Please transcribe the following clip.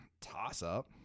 toss-up